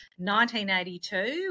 1982